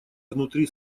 внутри